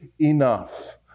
enough